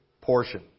portion